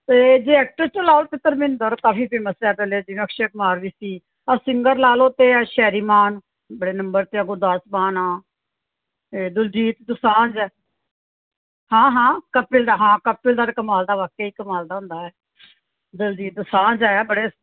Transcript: ਅਤੇ ਜੇ ਐਕਟਰਸ ਦਾ ਲਾਓ ਤਾਂ ਧਰਮਿੰਦਰ ਕਾਫੀ ਫੇਮਸ ਹੈ ਪਹਿਲੇ ਜੀ ਅਰਸ਼ੈ ਕੁਮਾਰ ਵੀ ਸੀ ਆ ਸਿੰਗਰ ਲਾ ਲਓ ਤਾਂ ਸ਼ੈਰੀ ਮਾਨ ਬੜੇ ਨੰਬਰ 'ਤੇ ਆ ਗੁਰਦਾਸ ਮਾਨ ਆ ਇਹ ਦਿਲਜੀਤ ਦੁਸਾਂਝ ਹੈ ਹਾਂ ਹਾਂ ਕਪਿਲ ਦਾ ਹਾਂ ਕਪਿਲ ਦਾ ਤਾਂ ਕਮਾਲ ਦਾ ਵਾਕਿਆ ਹੀ ਕਮਾਲ ਦਾ ਹੁੰਦਾ ਹੈ ਦਿਲਜੀਤ ਦੁਸਾਂਝ ਹੈ ਬੜੇ